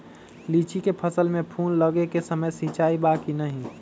लीची के फसल में फूल लगे के समय सिंचाई बा कि नही?